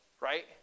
right